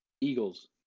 Eagles